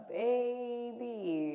baby